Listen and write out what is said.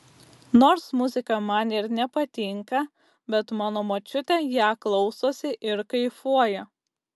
nors muzika man ir nepatinka bet mano močiutė ją klausosi ir kaifuoja